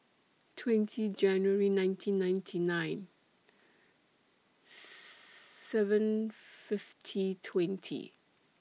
twenty Jane nineteen nineteen nine seven fifty twenty